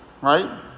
Right